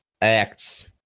acts